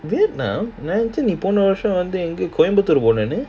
vietnam வேற போன வருஷம் எங்கயோ கோயம்பத்தூர் போனேனே:vera pona varusham engayo coimbatore ponaenae